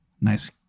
Nice